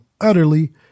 utterly